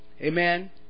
Amen